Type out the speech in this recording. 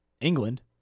England